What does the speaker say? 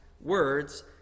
words